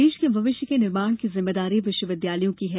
देश के भविष्य के निर्माण की जिम्मेदारी विश्वविद्यालयों की है